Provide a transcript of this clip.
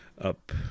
up